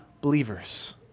believers